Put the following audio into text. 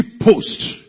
post